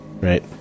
right